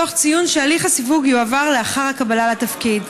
תוך ציון שהליך הסיווג יועבר לאחר הקבלה לתפקיד.